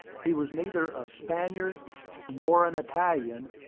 he was neither a spaniard nor an italian,